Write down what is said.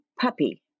puppy